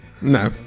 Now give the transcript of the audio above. no